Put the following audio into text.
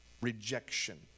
rejection